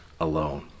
alone